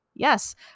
Yes